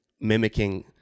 mimicking